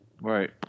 Right